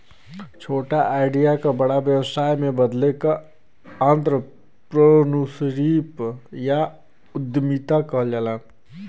छोटा आईडिया क बड़ा व्यवसाय में बदले क आंत्रप्रनूरशिप या उद्दमिता कहल जाला